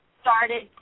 started